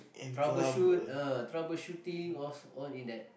troubleshoot ah troubleshooting all all in that